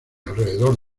alrededor